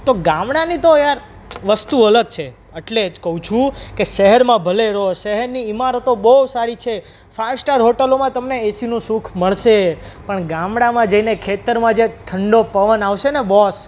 તો ગામડાની તો યાર વસ્તુ અલગ છે અટલે જ કહું છું કે શહેરમાં ભલે રહો શહેરની ઇમારતો બહુ સારી છે ફાઇવ સ્ટાર હોટલોમાં તમને એસીનું સુખ મળશે પણ ગામડામાં જઈને ખેતરમાં જે ઠંડો પવન આવશે ને બોસ